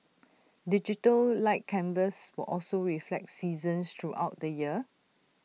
digital light canvas will also reflect seasons throughout the year